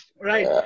right